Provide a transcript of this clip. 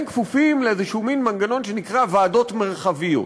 הם כפופים לאיזשהו מין מנגנון שנקרא ועדות מרחביות.